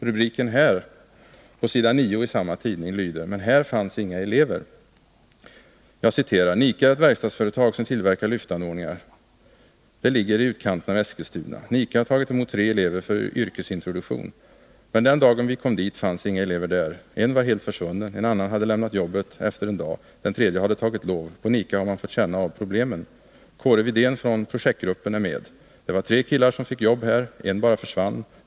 Rubriken på s. 9 lyder: ”Men här fanns inga elever!” Och sedan stod det: ”Nike är ett verkstadsföretag som tillverkar lyftanordningar. Det ligger i utkanten av Eskilstuna. Nike har tagit emot tre elever för yrkesintroduktion. Nr 37 Men den dagen vi kom dit fanns inga elever där. Fredagen den En var helt försvunnen. En annan hade lämnat jobbet efter en dag. Den 28 november 1980 tredje hade tagit lov. På Nike har man fått känna av problemen. Kåre Widén från projektgruppen är med. —- Det var tre killar som fick jobb här. En bara försvann.